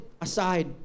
aside